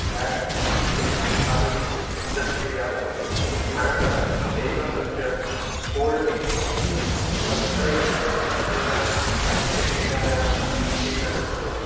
ब्याटं हस्ते स्थापयित्वा तत् क्रीडा भवति अनन्तरम् एकं तस्य कोर्ट् इति भवेत् तत्रैव केवलम् अस्य क्रीडायाः क्रीडनं भवति